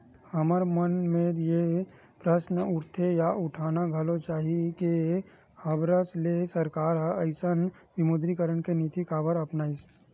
हमर मन मेर ये प्रस्न उठथे या उठाना घलो चाही के हबरस ले सरकार ह अइसन विमुद्रीकरन के नीति काबर अपनाइस?